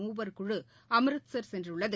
மூவர் குழு அம்ருத்சர் சென்றுள்ளது